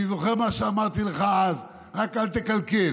אני זוכר מה שאמרתי לך אז: רק אל תקלקל.